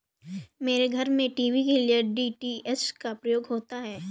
मेरे घर में टीवी के लिए डी.टी.एच का प्रयोग होता है